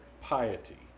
piety